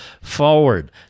forward